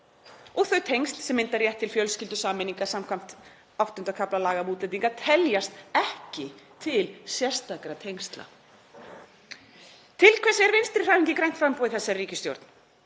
og þau tengsl sem mynda rétt til fjölskyldusameiningar skv. VIII. kafla laga um útlendinga, teljast ekki til sérstakra tengsla.“ Til hvers er Vinstrihreyfingin – grænt framboð í þessari ríkisstjórn?